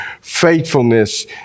faithfulness